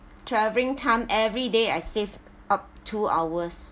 travelling time every day I saved up two hours